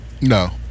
no